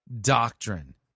doctrine